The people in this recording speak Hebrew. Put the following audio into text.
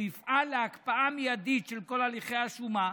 יפעל להקפאה מיידית של כל הליכי השומה,